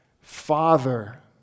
Father